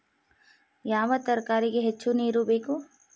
ಯಾವ ತರಕಾರಿಗೆ ಹೆಚ್ಚು ನೇರು ಬೇಕು?